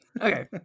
okay